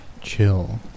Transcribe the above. chill